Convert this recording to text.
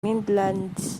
midlands